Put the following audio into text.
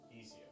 easier